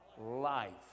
Life